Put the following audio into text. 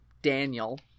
daniel